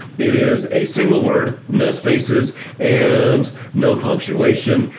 it is a single word, no spaces and no punctuation.